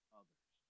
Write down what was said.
others